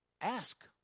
ask